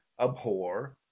abhor